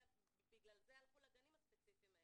בגלל זה הלכו לגנים הספציפיים האלה.